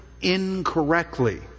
incorrectly